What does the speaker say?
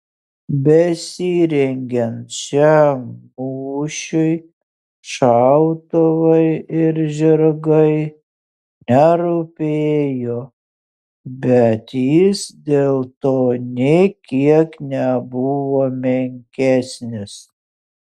besirengiant šiam mūšiui šautuvai ir žirgai nerūpėjo bet jis dėl to nė kiek nebuvo menkesnis